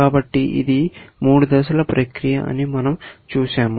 కాబట్టి ఇది మూడు దశల ప్రక్రియ అని మనం చూశాము